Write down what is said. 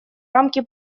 рамки